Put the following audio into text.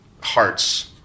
hearts